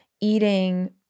eating